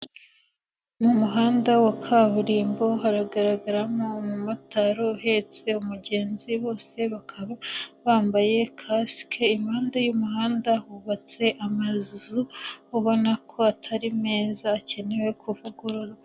Umuhanda wa kaburimbo haragaragaramo unumotari uhetse umugenzi, bose bakaba bambaye kasike, impande y'umuhanda hubatse amazu ubona ko atari meza akenewe kuvugururwa.